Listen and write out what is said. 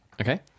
Okay